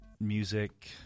music